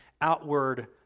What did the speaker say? outward